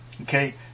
okay